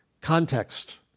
context